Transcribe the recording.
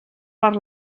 per